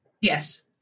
Yes